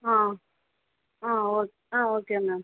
ah ah okay ah okay ma'am